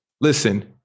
Listen